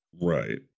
right